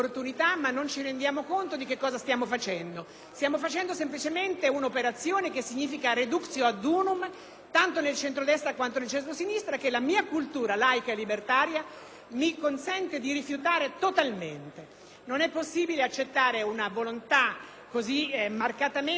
tanto nel centrodestra, quanto nel centrosinistra che la mia cultura laica e libertaria mi consente di rifiutare totalmente. Non è possibile accettare una volontà così marcatamente antidemocratica qual è quella che ha espresso questa riforma con l'introduzione di una soglia di sbarramento che